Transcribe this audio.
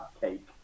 cake